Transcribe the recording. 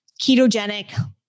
ketogenic